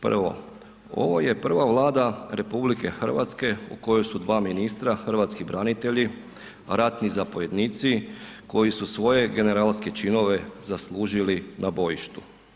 Prvo, ovo je prva Vlada RH u kojoj su dva ministra hrvatski branitelji, ratni zapovjednici, koji su svoje generalske činove zaslužili na bojištu.